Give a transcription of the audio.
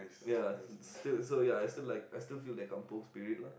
ya so so ya still like I still feel like kampung Spirit lah